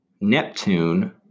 Neptune